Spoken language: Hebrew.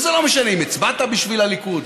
וזה לא משנה אם הצבעת בשביל הליכוד,